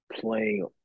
playing